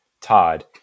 Todd